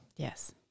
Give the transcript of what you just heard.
Yes